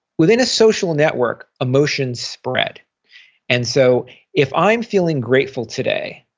within a social network, emotions spread and so if i'm feeling grateful today,